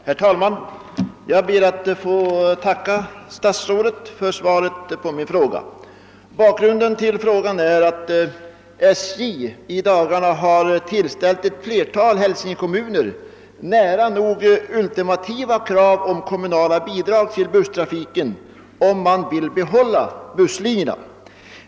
Herr talman! Jag ber att få tacka statsrådet för svaret på min fråga. Bakgrunden till frågan är att SJ i dagarna har tillställt ett flertal hälsingekommuner nära nog ultimativa krav om kommunala bidrag till busstrafiken, ifall kommunerna vill behålla busslinjerna.